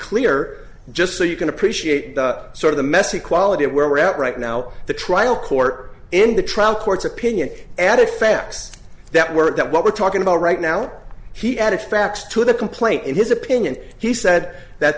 clear just so you can appreciate the sort of the messy quality of where we're at right now the trial court in the trial court's opinion added facts that weren't that what we're talking about right now he added facts to the complaint in his opinion he said that